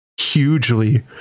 hugely